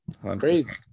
crazy